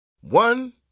One